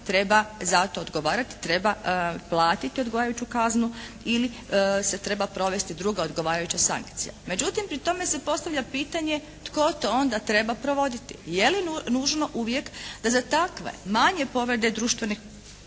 treba zato odgovarati, treba platiti odgovarajuću kaznu ili se treba provesti druga odgovarajuća sankcija. Međutim, pri tome se postavlja pitanje tko to onda treba provoditi? Je li nužno uvijek da za takve manje povrede društvenih